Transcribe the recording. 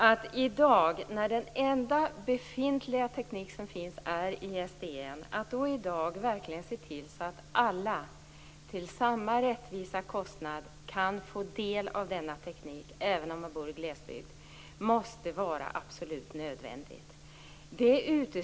Att i dag, när den enda teknik som finns är ISDN, verkligen se till att alla kan få del av den tekniken till samma rättvisa kostnad även om man bor i glesbygd måste vara absolut nödvändigt.